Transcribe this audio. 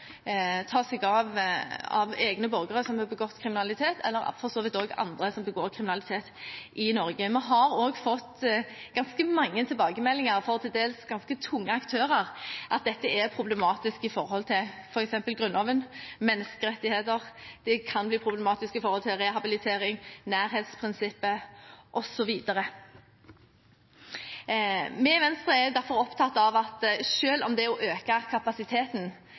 ta seg av egne borgere som har begått kriminalitet, og for så vidt også andre som begår kriminalitet i Norge. Vi har også fått ganske mange tilbakemeldinger fra til dels ganske tunge aktører om at dette er problematisk med tanke på f.eks. Grunnloven, menneskerettigheter, og det kan bli problematisk med tanke på rehabilitering, nærhetsprinsippet osv. Vi i Venstre er derfor opptatt av at selv om det å øke kapasiteten